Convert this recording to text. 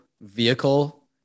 vehicle